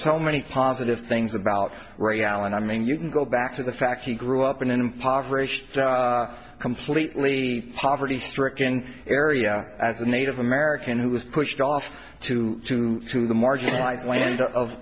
so many positive things about right alan i mean you can go back to the fact he grew up in an impoverished completely poverty stricken area as a native american who was pushed off to the marginalized land of